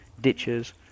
ditches